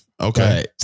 Okay